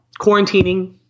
quarantining